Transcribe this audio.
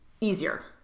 easier